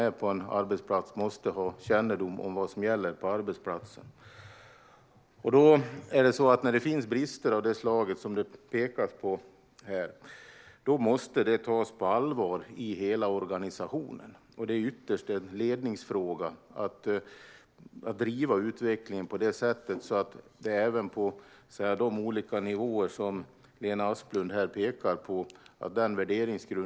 Alla på en arbetsplats måste ha kännedom om vad som gäller där. När det finns brister av det slag som det pekas på här måste det tas på allvar i hela organisationen. Det är ytterst en ledningsfråga att driva utvecklingen på det sättet att värderingsgrunden tränger igenom på de olika nivåer som Lena Asplund pekar på.